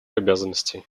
обязанностей